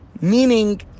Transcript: meaning